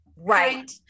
Right